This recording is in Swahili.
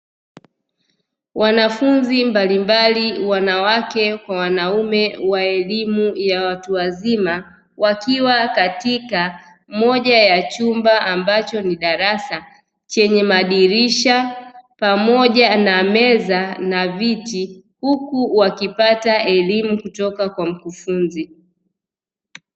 Wanafunzi mbalimbali wanawake kwa wanaume, wa elimu ya watu wazima, wakiwa katika moja ya chumba ambacho ni darasa, chenye madirisha pamoja na meza na viti, huku wakipata elimu kutoka kwa mkufunzi.